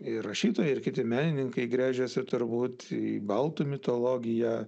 ir rašytojai ir kiti menininkai gręžėsi turbūt į baltų mitologiją